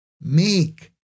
make